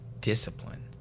discipline